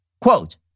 Quote